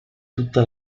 tutta